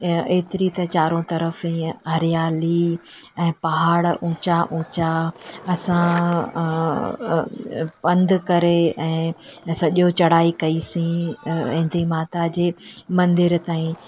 ऐतिरी त चारों तरफ़ ईअं हरियाली ऐं पहाड़ ऊचा ऊचा असां पंधि करे ऐं सॼो चढ़ाई कईसीं वेंदे माता जे मंदरु ताईं